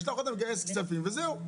נשלח אותם לגייס כספים וזהו.